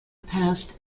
passed